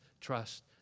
trust